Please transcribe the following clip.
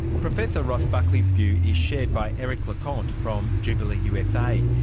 professor ross buckley's view is shared by eric lecompte from jubilee usa.